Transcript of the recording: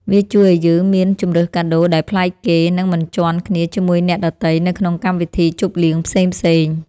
វាជួយឱ្យយើងមានជម្រើសកាដូដែលប្លែកគេ និងមិនជាន់គ្នាជាមួយអ្នកដទៃនៅក្នុងកម្មវិធីជប់លៀងផ្សេងៗ។